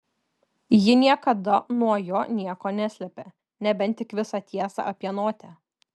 ji niekada nuo jo nieko neslėpė nebent tik visą tiesą apie notę